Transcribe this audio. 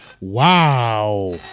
Wow